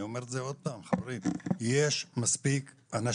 אני אומר את זה עוד פעם, חברים: יש מספיק אנשים.